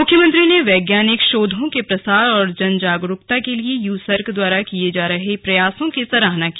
मुख्यमंत्री ने वैज्ञानिक शोधों के प्रसार और जनजागरूकता के लिए यू सर्क द्वारा किये जा रहे प्रयासों की सराहना की